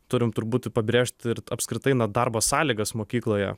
turim turbūt i pabrėžti ir apskritai na darbo sąlygas mokykloje